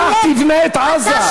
קח, תבנה את עזה.